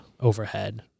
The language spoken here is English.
overhead